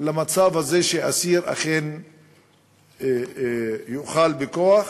למצב הזה שאסיר אכן יאכל בכוח,